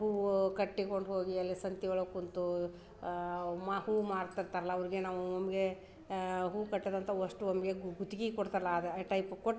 ಹೂವು ಕಟ್ಟಿ ಕೊಂಡು ಹೋಗಿ ಅಲ್ಲಿ ಸಂತೆ ಒಳಗೆ ಕುಂತು ಮಾ ಹೂ ಮಾರ್ತಾ ಇರ್ತಾರಲ್ಲ ಅವ್ರಿಗೆ ನಾವು ನಮಗೆ ಹೂ ಕಟ್ಟಿದಂಥ ಅಷ್ಟೂ ಒಮ್ಮೆಗೆ ಗುತ್ತಿಗಿಗೆ ಕೊಡ್ತಾರಲ್ಲ ಅದೇ ಟೈಪ್ ಕೊಟ್ಟು